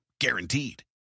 Guaranteed